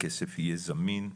והכסף יהיה זמין,